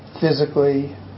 physically